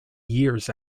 years